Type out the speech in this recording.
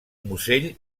musell